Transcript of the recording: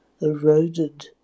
eroded